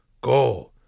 Go